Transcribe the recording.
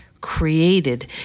created